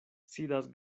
sidas